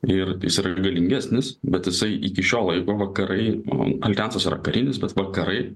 ir jis yra galingesnis bet jisai iki šio laiko vakarai aljansas ar karinis bet vakarai